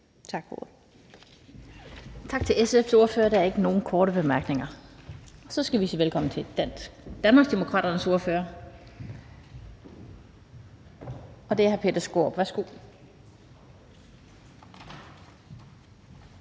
Tak til SF's ordfører. Der er ikke nogen korte bemærkninger. Så skal vi sige velkommen til Danmarksdemokraternes ordfører. Det er hr. Peter Skaarup. Værsgo.